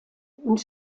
und